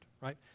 right